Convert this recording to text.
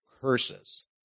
curses